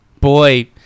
boy